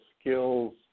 skills